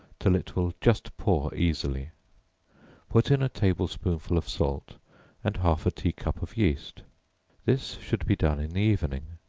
till it will just pour easily put in a table-spoonful of salt and half a tea-cup of yeast this should be done in the evening.